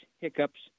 hiccups